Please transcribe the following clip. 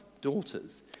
daughters